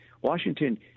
Washington